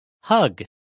Hug